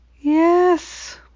Yes